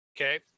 Okay